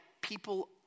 people